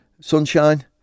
sunshine